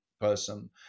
person